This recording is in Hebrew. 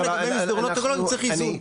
גם לגבי מסדרונות אקולוגיים צריך איזון.